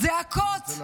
אני רוצה להקשיב.